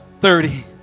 thirty